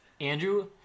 Andrew